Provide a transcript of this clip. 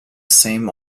same